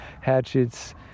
hatchets